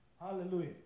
Hallelujah